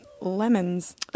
Lemons